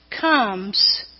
comes